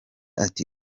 ati